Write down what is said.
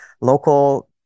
local